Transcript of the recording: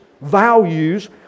values